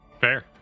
Fair